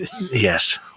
yes